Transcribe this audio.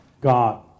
God